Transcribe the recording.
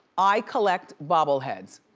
i collect bobble heads.